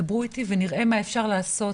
דברו איתי ונראה מה אפשר לעשות,